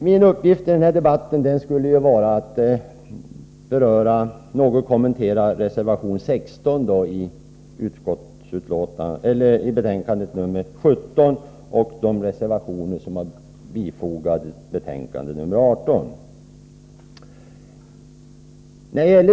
Min uppgift i den här debatten skulle vara att något kommentera reservation 16 i betänkande nr 17 och de reservationer som är fogade till betänkande nr 18.